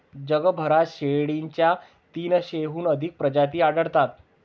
जगभरात शेळीच्या तीनशेहून अधिक प्रजाती आढळतात